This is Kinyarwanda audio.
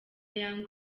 young